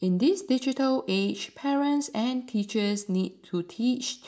in this digital age parents and teachers need to teach